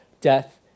death